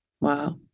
Wow